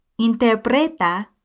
Interpreta